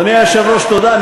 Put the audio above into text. אדוני היושב-ראש, תודה.